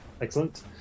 Excellent